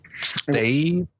Stay